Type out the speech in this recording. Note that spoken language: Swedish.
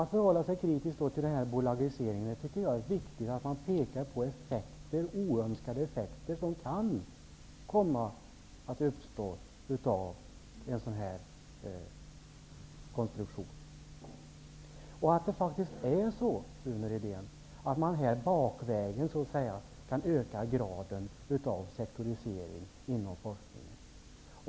Att förhålla sig kritisk till bolagiseringen tycker jag är viktigt. Det är angeläget att peka på oönskade effekter som kan komma att uppstå av en sådan konstruktion och att man faktiskt kan så att säga bakvägen öka graden av sektorisering inom forskningen.